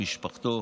משפחתו,